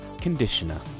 Conditioner